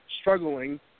struggling